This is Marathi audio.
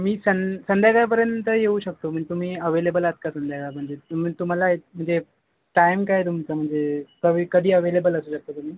मी सं संध्याकाळपर्यंत येऊ शकतो मी तुम्ही आव्हेलेबल आहात का संध्याकाळ म्हणजे तर मी तुम्हाला म्हणजे टाईम काय तुमचा म्हणजे कधी अॅव्हलेबल असू शकता तुम्ही